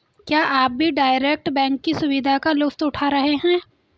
क्या आप भी डायरेक्ट बैंक की सुविधा का लुफ्त उठा रहे हैं?